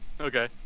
Okay